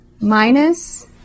minus